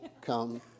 come